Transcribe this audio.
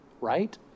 right